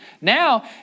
Now